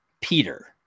Peter